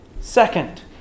Second